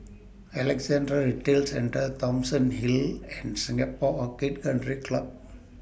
Alexandra Retail Centre Thomson Hill and Singapore Orchid Country Club